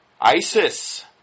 Isis